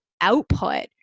output